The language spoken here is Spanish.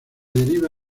deriva